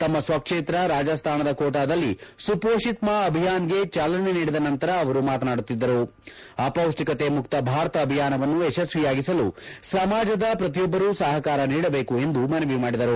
ತಮ್ಮ ಸ್ವಕ್ಷೇತ್ರ ರಾಜಸ್ಲಾನದ ಕೋಟಾದಲ್ಲಿ ಸುಪೋಷಿತ್ ಮಾ ಅಭಿಯಾನ್ಗೆ ಚಾಲನೆ ನೀಡಿದ ನಂತರ ಅವರು ಮಾತನಾಡುತ್ತಿದ್ದರು ಅಪೌಷ್ಣಿಕತೆ ಮುಕ್ತ ಭಾರತ ಅಭಿಯಾನವನ್ನು ಯಶಸ್ಸಿಯಾಗಿಸಲು ಸಮಾಜದ ಪ್ರತಿಯೊಬ್ಬರು ಸಹಕಾರ ನೀಡಬೇಕು ಎಂದು ಮನವಿ ಮಾಡಿದರು